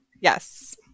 yes